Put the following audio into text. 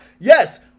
Yes